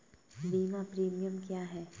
बीमा प्रीमियम क्या है?